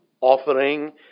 offering